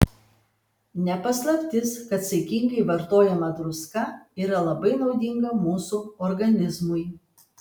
ne paslaptis kad saikingai vartojama druska yra labai naudinga mūsų organizmui